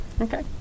okay